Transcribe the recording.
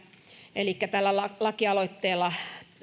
elikkä tällä lakialoitteella